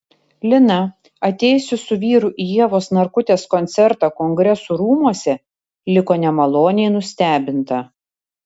lina atėjusi su vyru į ievos narkutės koncertą kongresų rūmuose liko nemaloniai nustebinta